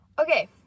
okay